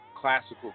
classical